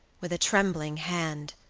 with a trembling hand,